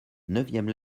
neuvième